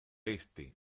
este